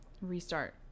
restart